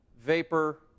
vapor